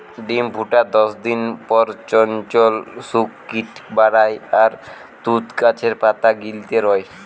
ডিম ফুটার দশদিন পর চঞ্চল শুক কিট বারায় আর তুত গাছের পাতা গিলতে রয়